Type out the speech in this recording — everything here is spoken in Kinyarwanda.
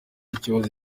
ikibazo